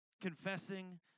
confessing